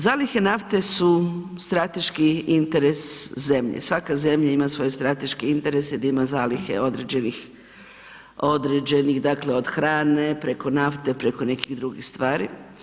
Zalihe nafte su strateški interes zemlje, svaka zemlja ima svoje strateške interese da ima zalihe određenih, dakle od hrane, preko nafte, preko nekih drugih stvari.